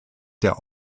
der